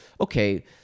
Okay